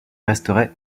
resterait